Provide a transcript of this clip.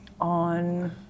on